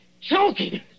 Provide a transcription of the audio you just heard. choking